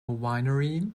winery